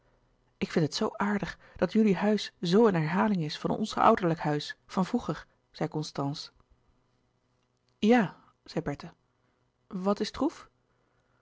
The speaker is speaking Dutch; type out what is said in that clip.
ik vind het zoo aardig dat jullie huis zoo een herhaling is van ons ouderlijk huis van vroeger zei constance louis couperus de boeken der kleine zielen ja zei bertha wat is troef